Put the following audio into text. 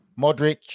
Modric